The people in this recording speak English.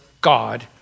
God